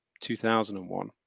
2001